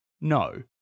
No